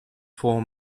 for